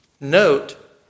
note